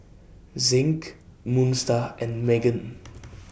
Zinc Moon STAR and Megan